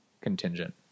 contingent